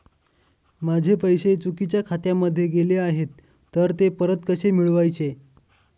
माझे पैसे चुकीच्या खात्यामध्ये गेले आहेत तर ते परत कसे मिळवायचे?